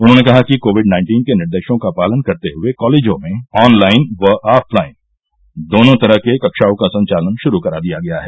उन्होंने कहा कि कोविड नाइंटीन के निर्देशों का पालन करते हुए कॉलेजों में ऑनलाइन व ऑफलाइन दोनों तरह से कक्षाओं का संचालन शुरू करा दिया गया है